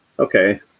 Okay